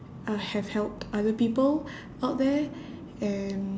uh have helped other people out there and